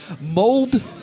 Mold